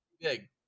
big